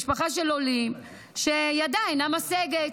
משפחה של עולים שידה אינה משגת,